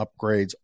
upgrades